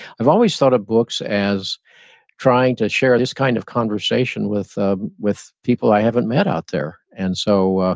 i've always thought of books as trying to share this kind of conversation with ah with people i haven't met out there. and so,